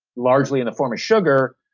largely in the form of sugar,